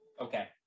okay